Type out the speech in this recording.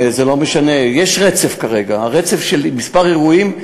וזה לא משנה, יש רצף כרגע, של כמה אירועים.